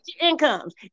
incomes